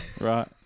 Right